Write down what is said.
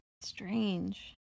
Strange